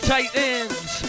Titans